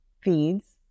feeds